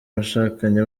abashakanye